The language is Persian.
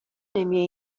نمیایی